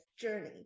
journey